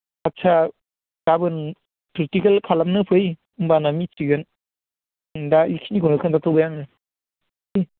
आदसा गाबोन प्रेकटिकेल खालामनो फै होमब्लाना मिथिगोन ओं दा इखिनिखौनो खोन्थाथ'बाय आङो